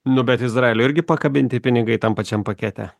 nu bet izraelio irgi pakabinti pinigai tam pačiam pakete